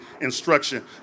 instruction